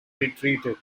retreated